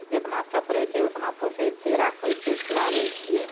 जेतना सपरै छियै ओतना पोसै छियै राखै छियै खिलाबै छियै